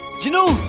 genie!